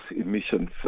emissions